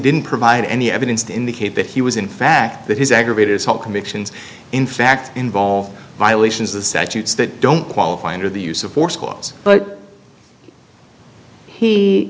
didn't provide any evidence to indicate that he was in fact that his aggravated assault convictions in fact involve violations the statutes that don't qualify under the use of force clause but he